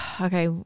okay